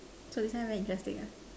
so this one very interesting ah